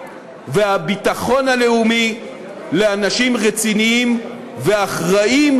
והביטחון הלאומי לאנשים רציניים ואחראיים,